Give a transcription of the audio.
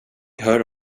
hör